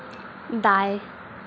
दाएँ